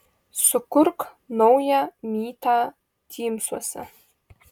sukurk naują mytą tymsuose